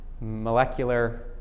molecular